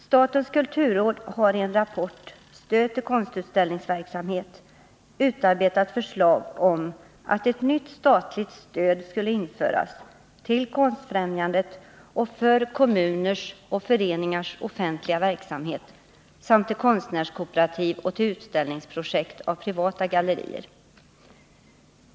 Statens kulturråd har i en rapport, Stöd till konstutställningsverksamhet, utarbetat förslag om att ett nytt statligt stöd skulle införas till Konstfrämjandet och för kommuners och föreningars offentliga verksamhet samt till konstnärskooperativ och till utställningsprojekt av privata gallerier.